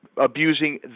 abusing